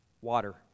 Water